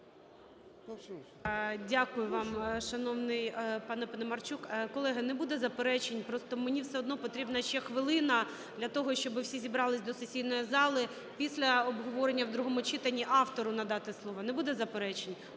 Дякую вам, шановний пане Паламарчук. Колеги, не буде заперечень, просто мені все одно потрібна ще хвилина для того, щоби всі зібралися до сесійної зали, після обговорення в другому читанні автору надати слово. Не буде заперечень?